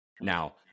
Now